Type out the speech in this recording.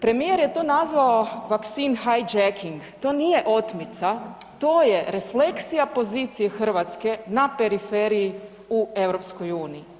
Premijer je to nazvao „vaksin haj džeking“, to nije otmica, to je refleksija pozicije Hrvatske na periferiji u EU.